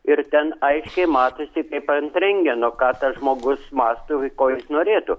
ir ten aiškiai matosi kaip ant rentgeno ką tas žmogus mąsto ir ko jis norėtų